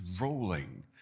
rolling